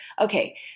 Okay